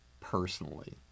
personally